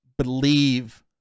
believe